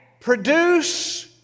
produce